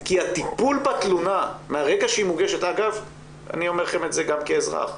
בגלל הטיפול בתלונה מהרגע שהיא מוגשת ואני אומר לכם את זה גם כאזרח.